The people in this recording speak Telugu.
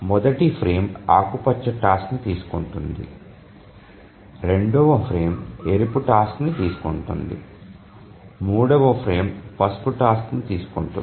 మొదటి ఫ్రేమ్ ఆకుపచ్చ టాస్క్ ని తీసుకుంటుంది రెండవ ఫ్రేమ్ ఎరుపు టాస్క్ ని తీసుకుంటుంది మూడవ ఫ్రేమ్ పసుపు టాస్క్ ని తీసుకుంటుంది